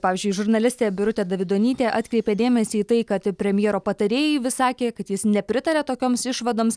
pavyzdžiui žurnalistė birutė davidonytė atkreipė dėmesį į tai kad premjero patarėjai vis sakė kad jis nepritaria tokioms išvadoms